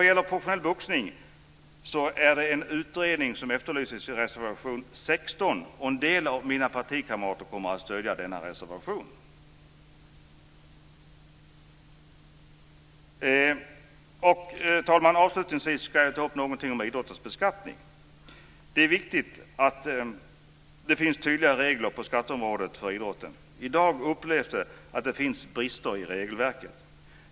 Vad gäller professionell boxning efterlyses en utredning i reservation 16, och en del av mina partikamrater kommer att stödja denna reservation. Fru talman! Avslutningsvis ska jag något ta upp idrottens beskattning. Det är viktigt att det finns tydliga regler på skatteområdet för idrotten. I dag upplever man att det finns brister i regelverket.